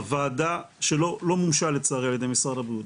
בוועדה שלא מומשה לצערי על ידי משרד הבריאות,